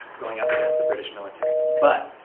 going up against the british military. but,